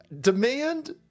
Demand